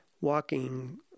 walking